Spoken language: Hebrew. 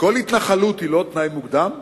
כל התנחלות היא לא תנאי מוקדם?